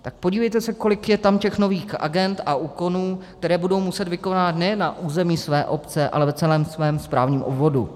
Tak podívejte se, kolik je tam těch nových agend a úkonů, které budou muset vykonávat nejen na území své obce, ale v celém svém správním obvodu.